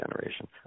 generation